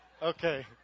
Okay